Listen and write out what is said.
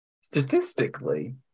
Statistically